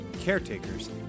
caretakers